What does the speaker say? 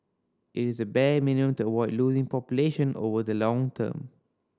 it is the bare minimum to avoid losing population over the long term